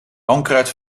onkruid